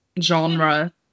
genre